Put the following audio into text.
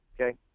Okay